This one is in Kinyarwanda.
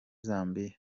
zambia